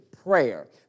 prayer